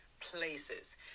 places